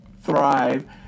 thrive